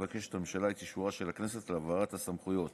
מבקשת הממשלה את אישורה של הכנסת להעברת הסמכויות,